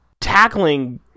tackling